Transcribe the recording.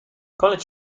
college